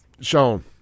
Sean